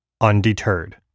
undeterred